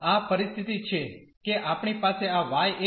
તેથી આ પરિસ્થિતિ છે કે આપણી પાસે આ y એ x 2 લાઇન બરાબર છે